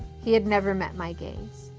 he had never met my gaze,